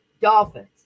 Dolphins